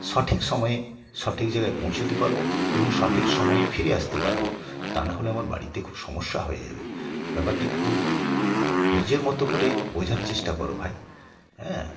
সঠিক সময়ে সঠিক জায়গায় পৌঁছোতে পারবো এবং সঠিক সময়ে ফিরে আসতে পারবো তা নাহলে আমার বাড়িতে খুব সমস্যা হয়ে যাবে ব্যাপারটা একটু নিজের মতো করে বোঝার চেষ্টা করো ভাই হ্যাঁ